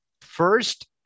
First